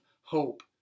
hope